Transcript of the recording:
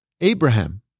Abraham